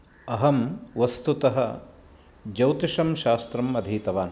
अहं वस्तुतः ज्यौतिषशास्त्रम् अधीतवान्